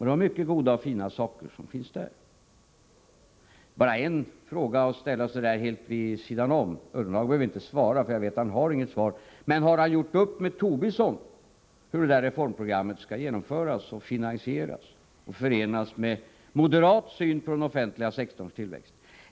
Det var mycket goda och fina saker som fanns där. Bara en fråga, så där helt vid sidan om — Ullenhag behöver inte svara, för jag vet att han inte har något svar: Har han gjort upp med Tobisson hur det där reformprogrammet skall genomföras och finansieras och förenas med moderat syn på den offentliga sektorns tillväxt?